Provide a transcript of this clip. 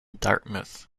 dartmouth